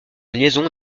liaison